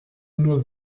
nur